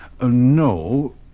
No